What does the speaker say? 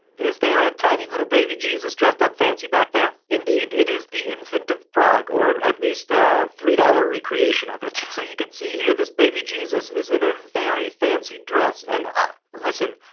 is there a tiny little baby jesus dressed up fancy back there? indeed, it is the infant of prague, or at least a three dollar recreation of it. so you can see here, this baby jesus is in a very fancy dress, and i. listen.